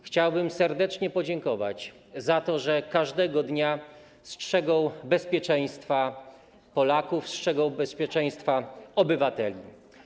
Chciałbym serdecznie podziękować za to, że każdego dnia strzegą bezpieczeństwa Polaków, strzegą bezpieczeństwa obywateli.